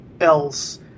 else